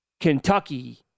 Kentucky